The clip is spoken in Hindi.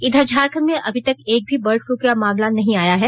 इधर झारखंड में अभी तक एक भी बर्ड फलू के मामले नहीं आये हैं